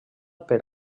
per